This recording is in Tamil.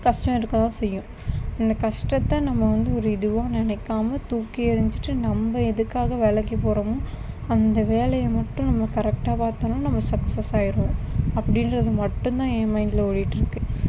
கஷ்டம் இருக்கத்தான் செய்யும் நம்ப கஷ்டத்தை நம்ப வந்து ஒரு இதுவாக நினைக்காம தூக்கி எறிஞ்சிட்டு நம்ப எதுக்காக வேலைக்கு போறோமோ அந்த வேலையை மட்டும் நம்ப கரெக்ட்டாக பார்த்தம்னா நம்ப சக்சஸ் ஆகிருவோம் அப்படின்றது மட்டும் தான் என் மைண்டில் ஓடிகிட்டு இருக்குது